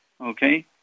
okay